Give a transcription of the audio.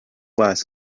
glass